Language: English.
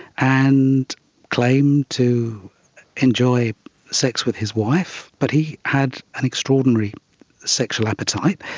and claims to enjoy sex with his wife, but he had an extraordinary sexual appetite,